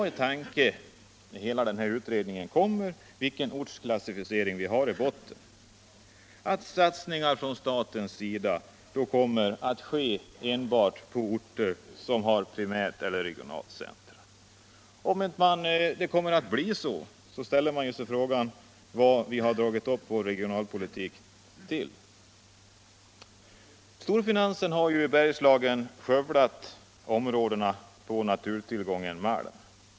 Men då skall man ha i tanke vilken ortsklassificering de har. Satsningar från statens sida kommer att ske enbart på orter som är primärt eller regionalt centrum. Om det inte blir så ställer man sig frågan av vilken anledning vi dragit upp dessa riktlinjer för regionalpolitiken. Storfinansen har i Bergslagen skövlat dessa områden på naturtillgången malm.